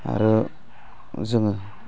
आरो जोङो